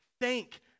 thank